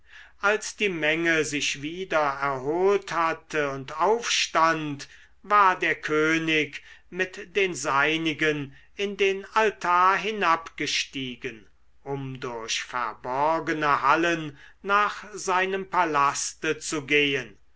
als die menge sich wieder erholt hatte und aufstand war der könig mit den seinigen in den altar hinabgestiegen um durch verborgene hallen nach seinem palaste zu gehen